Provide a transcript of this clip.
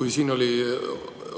on. Siin on